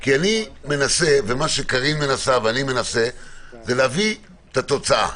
כי אני מנסה וקארין מנסה להביא את התוצאה.